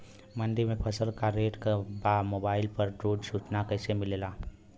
मंडी में फसल के का रेट बा मोबाइल पर रोज सूचना कैसे मिलेला?